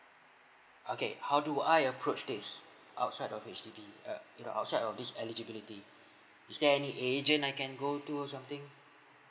okay how do I approach this outside of H_D_B uh you know outside of this eligibility is there any agent I can go to or something